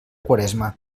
quaresma